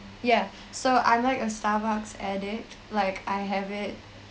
yeah so I'm like a starbucks addict like I have it